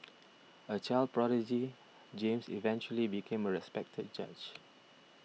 a child prodigy James eventually became a respected judge